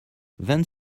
vingt